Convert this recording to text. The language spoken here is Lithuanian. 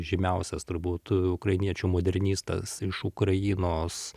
žymiausias turbūt ukrainiečių modernistas iš ukrainos